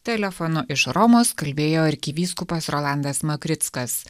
telefonu iš romos kalbėjo arkivyskupas rolandas makrickas